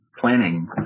planning